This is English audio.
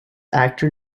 actor